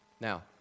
Now